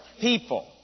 people